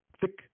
thick